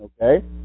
Okay